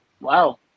Wow